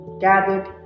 gathered